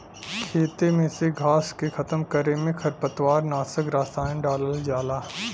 खेते में से घास के खतम करे में खरपतवार नाशक रसायन डालल जाला